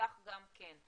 להיפתח גם כן.